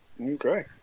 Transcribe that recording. Okay